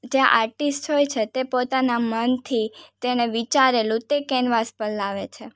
જે આર્ટિસ્ટ હોય છે તે પોતાના મનથી તેણે વિચારેલું તે કેનવાસ પર લાવે છે